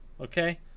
Okay